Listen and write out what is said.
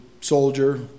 soldier